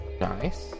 Nice